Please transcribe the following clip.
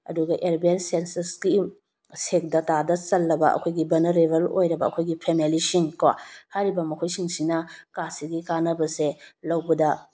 ꯑꯗꯨꯒ ꯑꯦꯂꯕꯦꯟ ꯁꯦꯟꯁꯁꯀꯤ ꯁꯦꯛ ꯗꯥꯇꯥꯗ ꯆꯜꯂꯕ ꯑꯩꯈꯣꯏꯒꯤ ꯚꯜꯅꯔꯦꯕꯜ ꯑꯣꯏꯔꯕ ꯑꯩꯈꯣꯏꯒꯤ ꯐꯦꯃꯤꯂꯤꯁꯤꯡ ꯀꯣ ꯍꯥꯏꯔꯤꯕ ꯃꯈꯣꯏꯁꯤꯡꯁꯤꯅ ꯀꯥꯔꯗꯁꯤꯒꯤ ꯀꯥꯟꯅꯕꯁꯦ ꯂꯧꯕꯗ